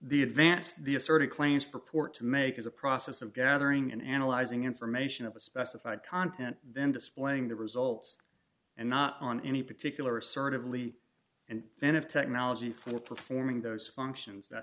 the advance the assorted claims purport to make is a process of gathering and analyzing information of a specified content then displaying the results and not on any particular assertively and then of technology for performing those functions that